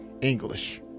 english